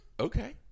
okay